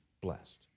blessed